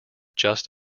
just